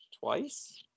twice